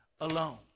alone